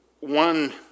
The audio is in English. one